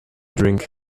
drink